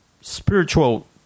spiritual